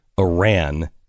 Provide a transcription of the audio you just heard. Iran